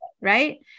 Right